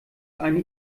eine